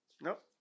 Nope